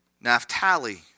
Naphtali